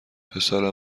پسر